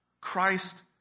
Christ